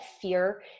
fear